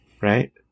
Right